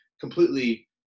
completely